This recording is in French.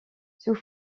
sous